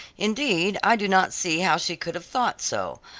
indeed i do not see how she could have thought so.